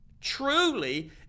truly